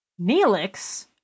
Neelix